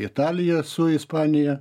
italija su ispanija